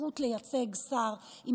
הזכות לייצג שר בבית משפט,